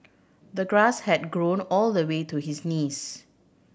the grass had grown all the way to his knees